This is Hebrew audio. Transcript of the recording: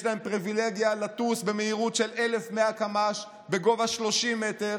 יש להם פריבילגיה לטוס במהירות של 1,100 קמ"ש בגובה 30 מטר